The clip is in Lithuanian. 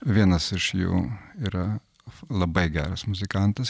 vienas iš jų yra labai geras muzikantas